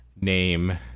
name